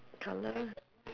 colour